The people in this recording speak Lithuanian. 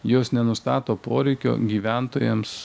jos nenustato poreikio gyventojams